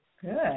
Good